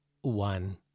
one